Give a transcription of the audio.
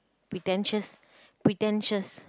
pretentious pretentious